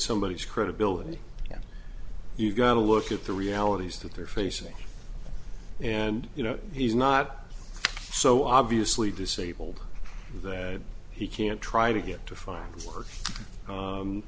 somebody credibility yeah you've got to look at the realities that they're facing and you know he's not so obviously disabled that he can't try to get to find work